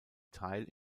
teil